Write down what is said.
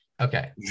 Okay